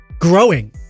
growing